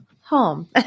home